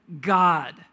God